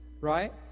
right